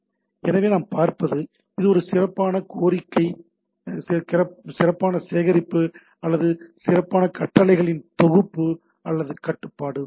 எனவே நாம் பார்ப்பது இது ஒரு சிறப்பான சேகரிப்பு அல்லது சிறப்பான கட்டளைகளின் தொகுப்பு அல்லது கட்டுப்பாடு உள்ளது